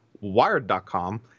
wired.com